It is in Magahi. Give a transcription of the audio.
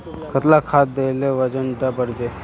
कतला खाद देले वजन डा बढ़बे बे?